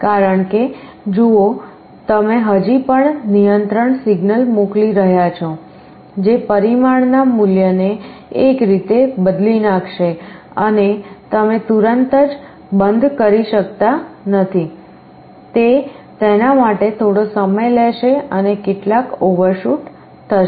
કારણ કે જુઓ તમે હજી પણ નિયંત્રણ સિગ્નલ મોકલી રહ્યાં છો જે પરિમાણના મૂલ્યને એક રીતે બદલી નાખશે અને તમે તુરંત જ બંધ કરી શકતા નથી તે તેના માટે થોડો સમય લેશે અને કેટલાક ઓવરશૂટ થશે